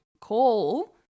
call